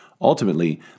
Ultimately